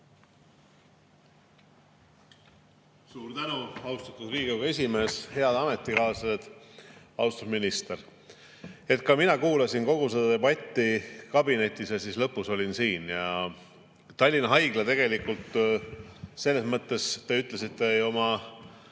Suur tänu, austatud Riigikogu esimees! Head ametikaaslased! Austatud minister! Ka mina kuulasin kogu seda debatti kabinetis ja siis lõpus olin siin. Tallinna Haigla – tegelikult selles mõttes te ütlesite oma